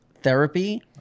therapy